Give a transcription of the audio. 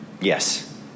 Yes